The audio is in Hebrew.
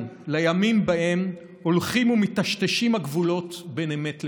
לימים שבהם הולכים ומיטשטשים הגבולות בין אמת לשקר,